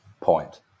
point